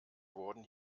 wurden